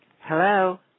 Hello